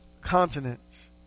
continents